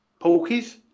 Porkies